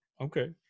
okay